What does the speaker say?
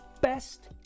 best